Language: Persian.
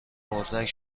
اردک